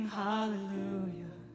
hallelujah